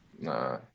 Nah